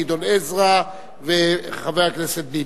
גדעון עזרא וחבר הכנסת ביבי.